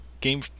Game